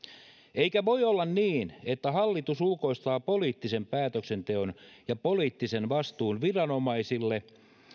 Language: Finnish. eikä voi olla niin että hallitus ulkoistaa poliittisen päätöksenteon ja poliittisen vastuun viranomaisille